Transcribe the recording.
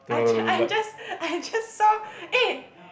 I I'm just I'm just saw eh